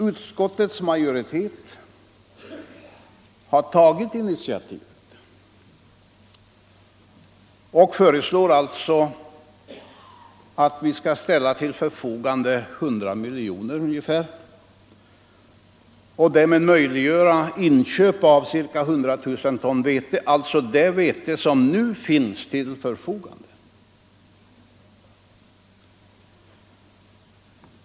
Utskottets majoritet har tagit ett initiativ och föreslår alltså att vi skall ställa till förfogande ungefär 100 miljoner och därmed möjliggöra inköp av ca 100 000 ton vete — alltså det vete som nu finns till förfogande.